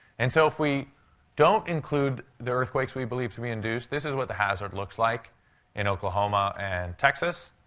and so if we don't include the earthquakes we believe to be induced, this is what the hazard looks like in oklahoma and texas.